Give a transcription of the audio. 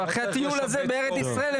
אחרי הטיול הזה בארץ ישראל,